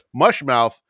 Mushmouth